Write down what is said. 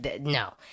no